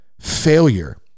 failure